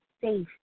safe